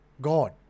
God